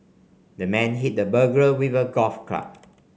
the man hit the burglar with a golf club